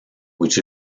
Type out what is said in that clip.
which